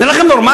נראה לכם נורמלי?